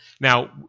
Now